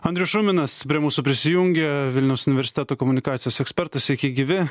andrius šuminas prie mūsų prisijungė vilniaus universiteto komunikacijos ekspertas sveiki gyvi